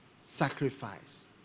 sacrifice